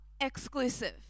exclusive